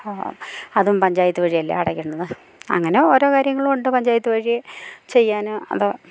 അതും പഞ്ചായത്ത് വഴിയല്ലേ അടക്കുന്നത് അങ്ങനെ ഓരോ കാര്യങ്ങളും ഉണ്ട് പഞ്ചായത്ത് വഴി ചെയ്യാൻ അതോ